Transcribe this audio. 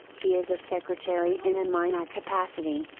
he is a secretary in a minor capacity,